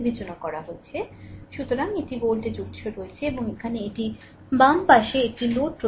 সুতরাং একটি ভোল্টেজ উত্স আছে এবং এখানে একটি বাম পাশের একটি লোড প্রতিরোধক R আছে